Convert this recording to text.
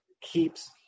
keeps